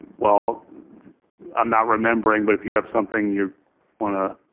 well i'm not remembering but if you have something you want to.